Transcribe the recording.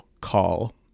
call